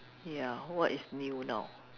ya what is new now